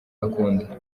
akunda